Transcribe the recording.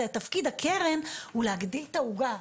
תפקיד הקרן הוא להגדיל את העוגה,